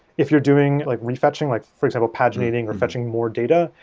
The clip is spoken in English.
if you're doing like re-fetching, like for example, paginating or fetching more data,